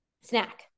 snack